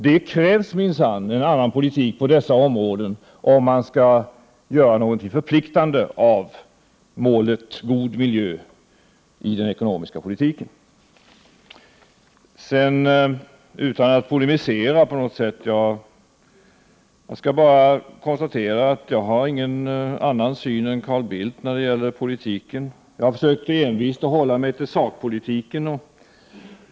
Det krävs minsann en annan politik på dessa områden, om man skall göra någonting förpliktande av målet god miljö i den ekonomiska politiken. Sedan konstaterar jag, utan att polemisera på något sätt, att jag har ingen annan syn än Carl Bildt när det gäller politiken. Jag har envist försökt att hålla mig till sakpolitiken.